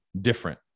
different